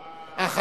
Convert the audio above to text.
אה.